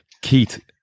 Keith